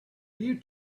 you